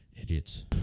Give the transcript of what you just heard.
idiots